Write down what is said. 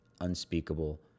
Unspeakable